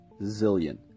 zillion